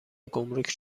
گمرک